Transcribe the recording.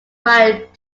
right